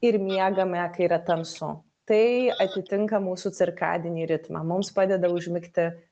ir miegame kai yra tamsu tai atitinka mūsų cirkadinį ritmą mums padeda užmigti